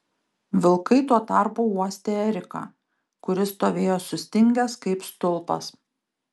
vilkai tuo tarpu uostė eriką kuris stovėjo sustingęs kaip stulpas